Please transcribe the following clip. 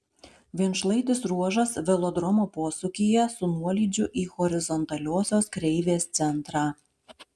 vienšlaitis ruožas velodromo posūkyje su nuolydžiu į horizontaliosios kreivės centrą